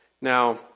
Now